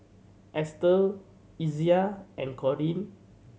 Estel Izaiah and Corene